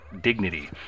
Dignity